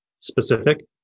specific